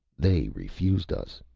they refused us,